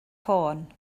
ffôn